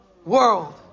World